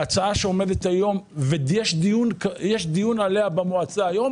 ההצעה שעומדת היום ויש דיון עליה במועצה היום